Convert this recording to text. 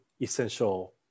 essential